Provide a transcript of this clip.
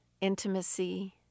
intimacy